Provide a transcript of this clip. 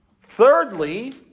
Thirdly